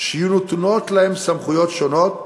שיהיו נתונות להם סמכויות שונות,